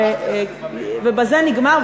ובזה נגמר,